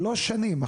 שלוש שנים.